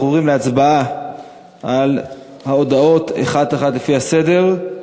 אנחנו עוברים להצבעה על ההודעות אחת-אחת לפי הסדר.